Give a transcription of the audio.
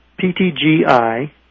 ptgi